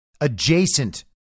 adjacent